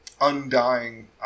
undying